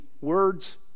words